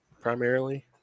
primarily